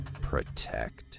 Protect